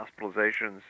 hospitalizations